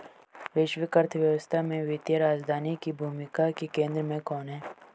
वैश्विक अर्थव्यवस्था में वित्तीय राजधानी की भूमिका के केंद्र में कौन है?